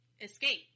escape